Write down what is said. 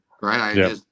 right